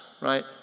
right